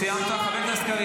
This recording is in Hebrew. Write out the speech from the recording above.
שיענה על השאלה.